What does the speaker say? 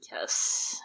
Yes